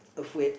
afraid